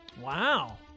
Wow